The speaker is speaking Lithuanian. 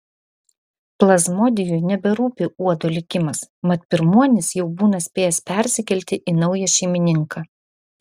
plazmodijui neberūpi uodo likimas mat pirmuonis jau būna spėjęs persikelti į naują šeimininką